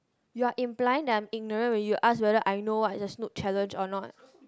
you are implying that I am ignorant when you ask if I know what the SnooT challenge or not